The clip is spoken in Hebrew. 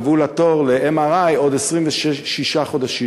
קבעו לה תור ל-MRI לעוד 26 חודשים.